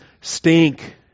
stink